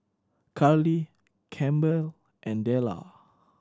Karli Campbell and Dellar